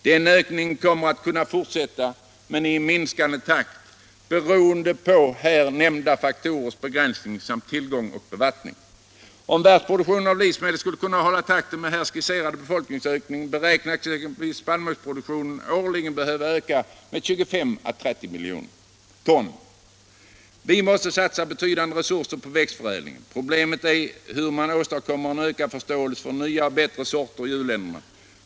Den ökningen kommer att kunna fortsätta men i minskande takt, beroende på de nämnda faktorernas begränsning samt svårigheter med bevattningen. Om världsproduktionen av livsmedel skulle hålla takten med den här skisserade befolkningsökningen, räknar man med att exempelvis spannmålsproduktionen årligen skulle behöva öka med 25-30 miljoner ton. Vi måste satsa betydande resurser på växtförädling. Problemet är hur man skall kunna åstadkomma en ökad förståelse för nya och bättre sorter i u-länderna.